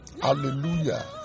Hallelujah